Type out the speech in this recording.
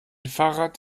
fahrrad